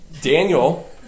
Daniel